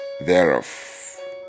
thereof